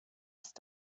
ist